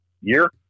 year